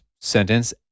sentence